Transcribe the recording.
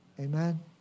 Amen